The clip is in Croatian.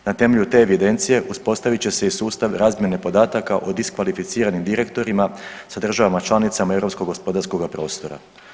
Na temelju te evidencije uspostavit će se i sustav razmjene podataka o diskvalificiranim direktorima sa državama članicama europskog gospodarskoga prostora.